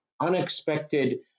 unexpected